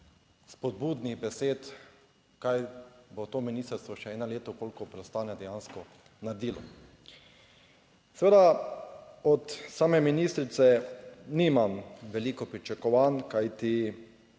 spodbudnih besed, kaj bo to ministrstvo še eno leto, koliko preostane, dejansko naredilo. Seveda od same ministrice nimam veliko pričakovanj, kajti